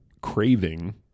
craving